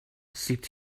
sipped